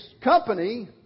company